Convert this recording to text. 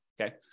okay